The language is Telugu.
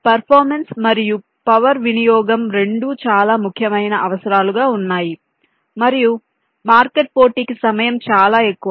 కాబట్టి పెర్ఫార్మెన్స్ మరియు పవర్ వినియోగం రెండూ చాలా ముఖ్యమైన అవసరాలు గా ఉన్నాయి మరియు మార్కెట్ పోటీకి సమయం చాలా ఎక్కువ